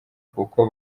kuko